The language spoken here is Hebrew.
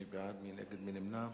מי בעד, מי נגד, מי נמנע.